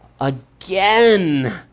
Again